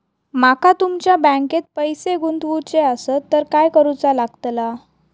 माका तुमच्या बँकेत पैसे गुंतवूचे आसत तर काय कारुचा लगतला?